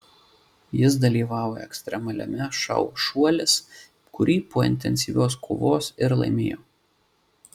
jis dalyvavo ekstremaliame šou šuolis kurį po intensyvios kovos ir laimėjo